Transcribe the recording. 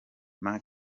manny